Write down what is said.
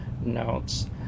notes